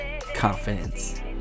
confidence